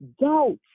doubt